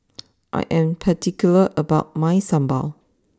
I am particular about my Sambal